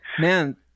Man